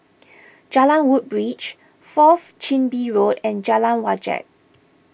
Jalan Woodbridge Fourth Chin Bee Road and Jalan Wajek